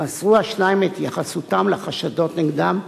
מסרו השניים את התייחסותם לחשדות נגדם.